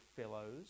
fellows